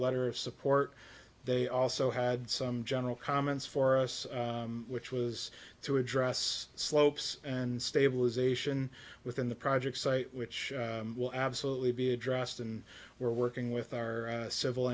letter of support they also had some general comments for us which was to address slopes and stabilisation within the project site which will absolutely be addressed and we're working with our civil